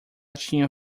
tinha